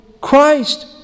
Christ